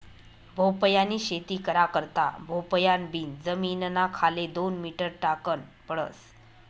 भोपयानी शेती करा करता भोपयान बी जमीनना खाले दोन मीटर टाकन पडस